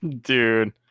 dude